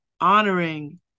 honoring